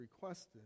requested